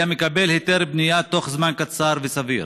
היה מקבל היתר בנייה בתוך זמן קצר וסביר,